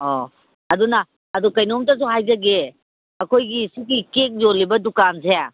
ꯑꯧ ꯑꯗꯨꯅ ꯑꯗꯨ ꯀꯩꯅꯣꯝꯇꯁꯨ ꯍꯥꯏꯖꯒꯦ ꯑꯩꯈꯣꯏꯒꯤ ꯁꯤꯒꯤ ꯀꯦꯛ ꯌꯣꯜꯂꯤꯕ ꯗꯨꯀꯥꯟꯁꯦ